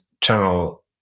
channel